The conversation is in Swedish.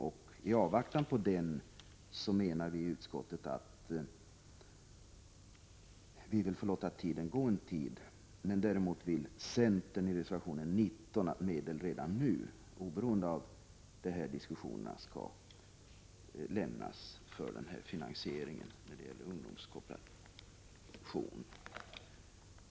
Utskottet anser därför att man bör avvakta resultatet av de förhandlingarna. Centern däremot anför i reservation 19 att medel bör anslås redan nu för finansiering av ungdomskooperativprojektet, oberoende av de pågående diskussionerna.